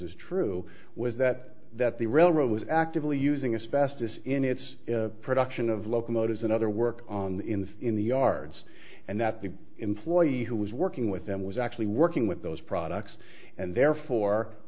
as true was that that the railroad was actively using its best as in its production of locomotives and other work on in the yards and that the employee who was working with them was actually working with those products and therefore